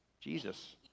Jesus